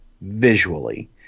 visually